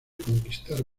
conquistar